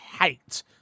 hate